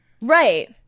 Right